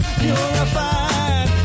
purified